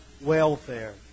welfare